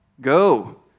go